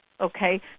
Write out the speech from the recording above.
Okay